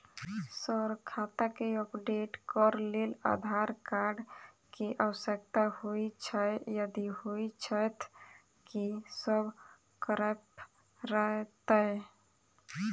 Sir खाता केँ update करऽ लेल आधार कार्ड केँ आवश्यकता होइ छैय यदि होइ छैथ की सब करैपरतैय?